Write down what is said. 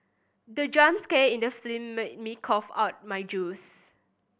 the jump scare in the film made me cough out my juice